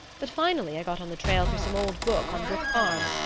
but finally i got on the trail through some old book on brook farm.